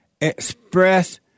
express